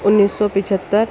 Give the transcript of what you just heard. انیس سو پچہتر